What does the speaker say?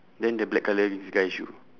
then the black colour is guy shoe